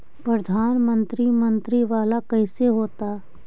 प्रधानमंत्री मंत्री वाला कैसे होता?